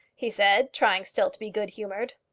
he said, trying still to be good-humoured.